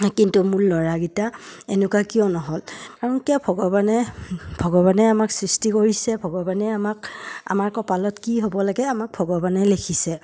কিন্তু মোৰ ল'ৰাকৰাকিটা এনেকুৱা কিয় নহ'ল কাৰণ কিয় ভগৱানে ভগৱানে আমাক সৃষ্টি কৰিছে ভগৱানে আমাক আমাৰ কপালত কি হ'ব লাগে আমাক ভগৱানে লিখিছে